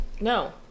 No